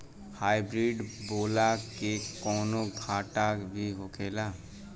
Hybrid बोला के कौनो घाटा भी होखेला?